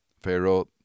Pharaoh